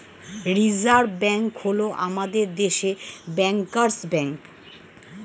reserve bank হল আমাদের দেশের ব্যাঙ্কার্স ব্যাঙ্ক